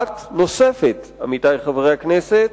עמיתי חברי הכנסת,